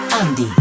Andy